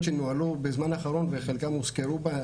שנוהלו בזמן האחרון וחלקן הוזכרו פה.